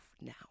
now